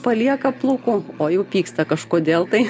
palieka plaukų o jau pyksta kažkodėl tai